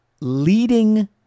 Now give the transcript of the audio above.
leading